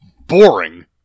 boring